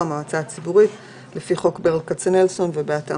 שורה המגבילה את תקציב החוק כך שלא יעלה